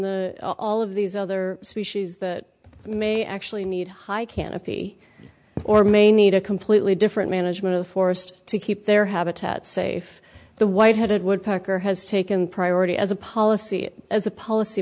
than all of these other species that may actually need high canopy or may need a completely different management of forest to keep their habitat safe the white headed woodpecker has taken priority as a policy as a policy